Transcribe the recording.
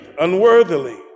unworthily